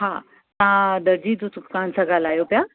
हा तां दर्ज़ी जी दुकान सां ॻाल्हायो पिया